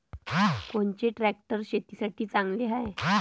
कोनचे ट्रॅक्टर शेतीसाठी चांगले हाये?